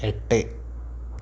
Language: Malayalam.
എട്ട്